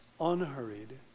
unhurried